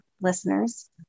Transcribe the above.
listeners